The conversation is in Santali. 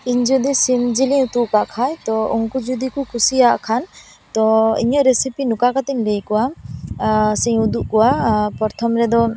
ᱤᱧ ᱡᱩᱫᱤ ᱥᱤᱢ ᱡᱤᱞ ᱤᱧ ᱩᱛᱩ ᱟᱠᱟᱫ ᱠᱷᱟᱡ ᱛᱚ ᱩᱱᱠᱩ ᱡᱩᱫᱤ ᱠᱚ ᱠᱩᱥᱤᱭᱟᱜ ᱠᱷᱟᱱ ᱛᱚ ᱤᱧᱟᱹᱜ ᱨᱮᱥᱤᱯᱤ ᱱᱚᱠᱟ ᱠᱟᱛᱮᱧ ᱞᱟᱹᱭ ᱟᱠᱚᱣᱟ ᱥᱮᱧ ᱩᱫᱩᱜ ᱟᱠᱚᱣᱟ ᱯᱨᱚᱛᱷᱚᱢ ᱨᱮᱫᱚ